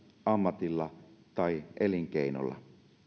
ammatilla tai elinkeinolla